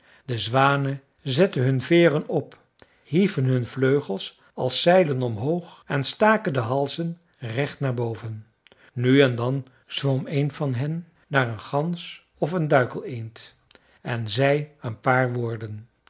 de zwanen zetten hun veeren op hieven hun vleugels als zeilen omhoog en staken de halzen recht naar boven nu en dan zwom een van hen naar een gans of een duikeleend en zei een paar woorden